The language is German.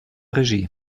regie